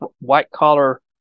white-collar